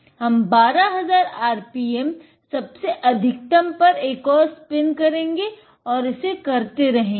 हम 12000 rpm सबसे अधिकतम पर एक और स्पिन करेंगे और इसे करते रहेंगे